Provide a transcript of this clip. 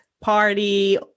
party